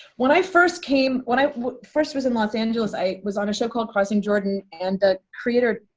when i first came when i first was in los angeles, i was on a show called crossing jordan, and the creator,